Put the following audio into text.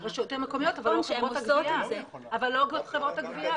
הרשויות המקומיות, אבל לא חברות הגבייה.